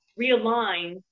realign